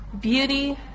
Beauty